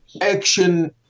action